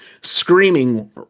screaming